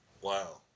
wow